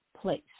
place